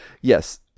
yes